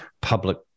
public